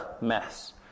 mess